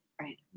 Right